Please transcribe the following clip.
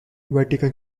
vatican